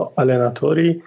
allenatori